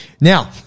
Now